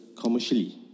commercially